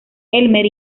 elmer